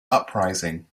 uprising